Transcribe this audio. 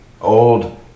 old